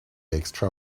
extra